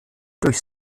durch